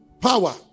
power